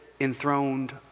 enthroned